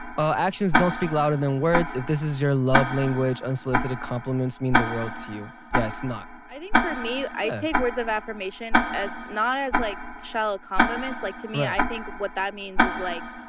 ah actions don't speak louder than words. if this is your love language, unsolicited compliments mean the world to you. yeah, it's not. d i think for me, i take words of affirmation as not as like shallow compliments. like to me, i think what that means is like